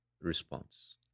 response